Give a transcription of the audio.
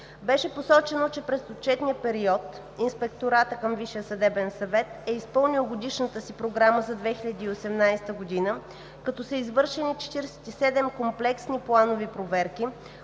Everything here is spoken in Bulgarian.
Беше посочено, че през отчетния период ИВСС е изпълнил годишната си програма за 2018 г., като са извършени 47 комплексни планови проверки,